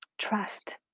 trust